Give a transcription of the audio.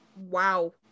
Wow